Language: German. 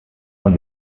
man